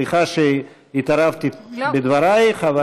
סליחה שהתערבתי בדברייך.